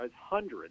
hundreds